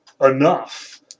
enough